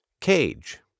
cage